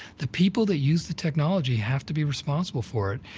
the people that use the technology have to be responsible for it,